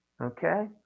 Okay